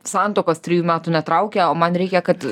santuokos trijų metų netraukia o man reikia kad